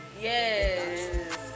Yes